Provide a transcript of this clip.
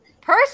Purse